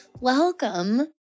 Welcome